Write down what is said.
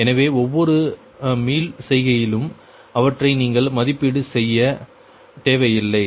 எனவே ஒவ்வொரு மீள்செய்கையிலும் அவற்றை நீங்கள் மதிப்பீடு செய்ய தேவையில்லை